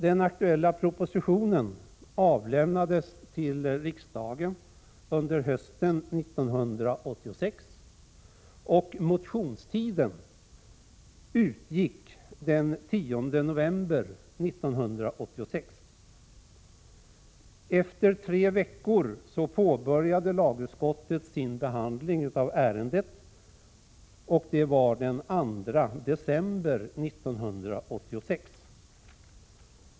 Den aktuella propositionen avlämnades till riksdagen under hösten 1986, och motionstiden utgick den 10 november 1986. Efter tre veckor påbörjade lagutskottet sin behandling av ärendet; det var den 2 december 1986.